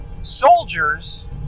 soldiers